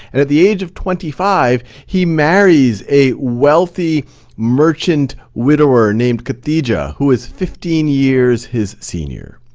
and at the age of twenty five, he marries a wealthy merchant widower named khadija who is fifteen years his senior.